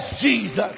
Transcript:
Jesus